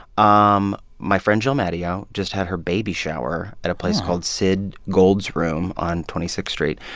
um my friend, jill madeo, just had her baby shower at a place called sid gold's room, on twenty sixth street,